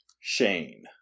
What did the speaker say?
Shane